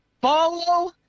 follow